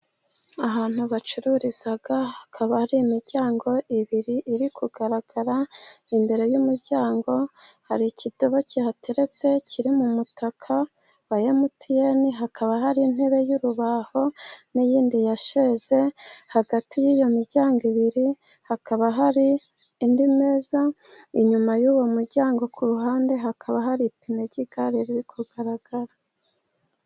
Ahantu bacururiza hakaba ari imiryango ibiri iri kugaragara. Imbere y'umuryango hari ikidobo kihateretse kiri mu mutaka wa emutiyeni, hakaba hari intebe y'urubaho n'iyindi yasheze, hagati y'iyo miryango ibiri hakaba hari andi meza. Inyuma y'uwo muryango ku ruhande hakaba hari ipine ry'igare riri kugaragara.